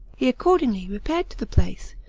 he accordingly repaired to the place,